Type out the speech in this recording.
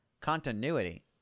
continuity